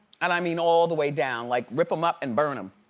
and i mean all the way down, like rip them up and burn them.